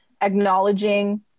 acknowledging